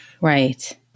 Right